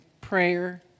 prayer